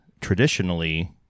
traditionally